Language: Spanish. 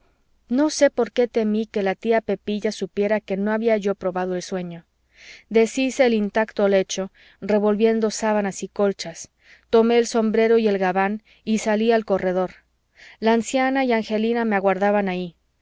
no sé por qué temí que la tía pepilla supiera que no había yo probado el sueño deshice el intacto lecho revolviendo sábanas y colchas tomé el sombrero y el gabán y salí al corredor la anciana y angelina me aguardaban allí